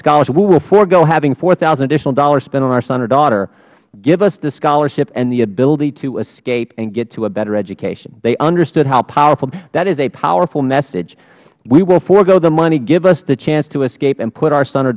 scholarship we will forego having four thousand dollars additional dollars spent on our son or daughter give us the scholarship and the ability to escape and get to a better education they understood how powerful that is a powerful message we will forego the money give us the chance to escape and put our son or